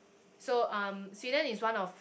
so um Sweden is one of